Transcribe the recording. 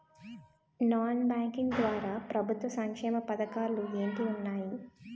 Non banking ద్వారా ప్రభుత్వ సంక్షేమ పథకాలు ఏంటి ఉన్నాయి?